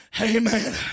amen